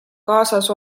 kaasas